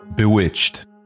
Bewitched